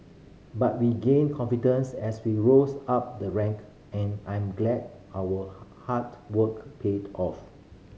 but we gained confidence as we rose up the rank and I'm glad our hard work paid off